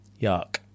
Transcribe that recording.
Yuck